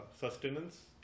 sustenance